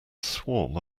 swarm